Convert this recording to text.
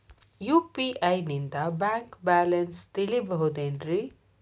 UPI ನಿಂದ bank balance ತಿಳಿಬಹುದೇನ್ರಿ?